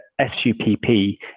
SUPP